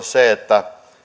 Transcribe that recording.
se että